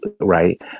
Right